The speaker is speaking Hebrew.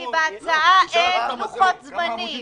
כי בהצעה אין לחות זמנים.